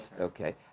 Okay